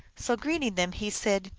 so, greeting them, he said,